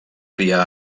criar